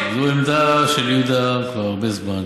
זו העמדה של יהודה כבר הרבה זמן.